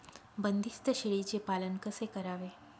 बंदिस्त शेळीचे पालन कसे करावे?